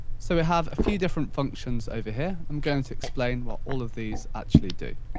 so, we have a few different functions over here. i'm going to explain what all of these actually do.